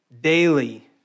daily